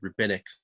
rabbinics